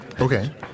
Okay